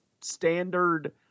standard